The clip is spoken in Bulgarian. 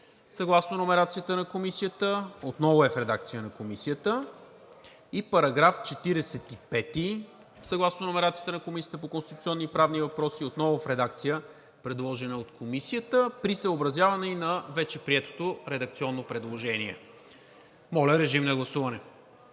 съгласно номерацията на Комисията – отново е в редакция на Комисията, и § 45 съгласно номерацията на Комисията по конституционни и правни въпроси – отново в редакция, предложена от Комисията, при съобразяване и на вече приетото редакционно предложение. Гласували